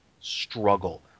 struggle